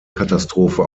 katastrophe